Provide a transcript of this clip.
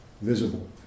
visible